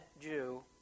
Jew